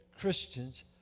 Christians